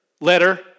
letter